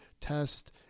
test